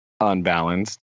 unbalanced